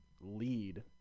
lead